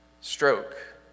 stroke